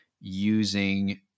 using